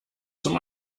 zum